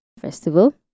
Festival